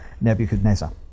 Nebuchadnezzar